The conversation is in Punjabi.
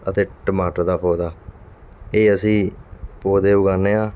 ਅਤੇ ਟਮਾਟਰ ਦਾ ਪੌਦਾ ਇਹ ਅਸੀਂ ਪੌਦੇ ਉਗਾਉਂਦੇ ਹਾਂ